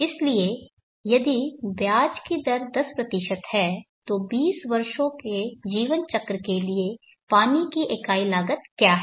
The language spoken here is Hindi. इसलिए यदि ब्याज की दर 10 है तो 20 वर्षों के जीवन चक्र के लिए पानी की इकाई लागत क्या है